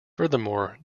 furthermore